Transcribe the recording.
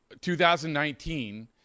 2019